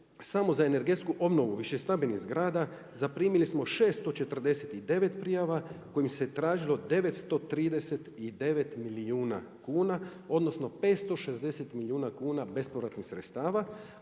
samo za energetsku obnovu više stambenih zgrada zaprimili smo 649 prijava kojim se tražilo 939 milijuna kuna, odnosno 560 milijuna kuna bespovratnih sredstava,